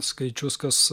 skaičius kas